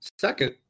Second